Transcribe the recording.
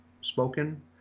spoken